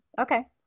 Okay